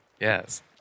Yes